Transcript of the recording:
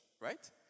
right